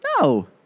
No